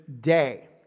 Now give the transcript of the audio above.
day